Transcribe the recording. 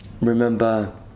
remember